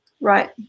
Right